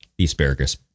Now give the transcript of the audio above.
asparagus